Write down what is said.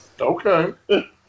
Okay